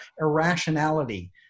irrationality